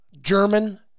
German